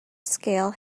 scale